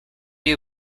you